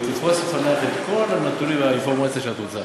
והיא תפרוס בפנייך את כל הנתונים והאינפורמציה שאת רוצה.